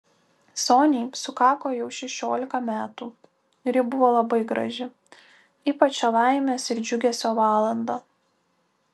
soniai sukako jau šešiolika metų ir ji buvo labai graži ypač šią laimės ir džiugesio valandą